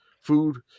food